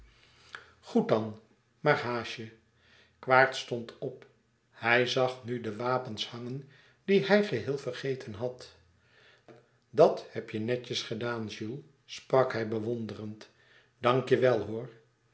goed dan maar haast je quaerts stond op hij zag nu de wapens hangen die hij geheel vergeten had dat heb je netjes gedaan jules sprak hij bewonderend dank je wel hoor